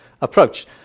approach